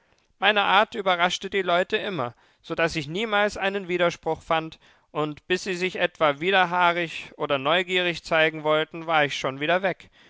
meine art überraschte die leute immer so daß ich niemals einen widerspruch fand und bis sie sich etwa widerhaarig oder neugierig zeigen wollten war ich schon wieder weg